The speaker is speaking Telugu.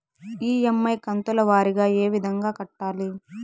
ఇ.ఎమ్.ఐ కంతుల వారీగా ఏ విధంగా కట్టాలి